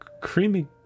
creamy